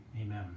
amen